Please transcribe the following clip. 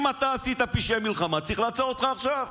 אם אתה עשית פשעי מלחמה, צריך לעצור אותך עכשיו.